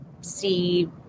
see